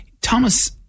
Thomas